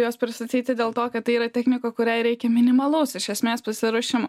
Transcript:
juos pristatyti dėl to kad tai yra technika kuriai reikia minimalaus iš esmės pasiruošimo